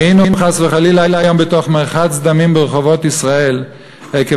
היינו חס וחלילה היום בתוך מרחץ דמים ברחובות ישראל עקב